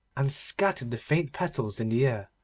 and scattered the faint petals in the air.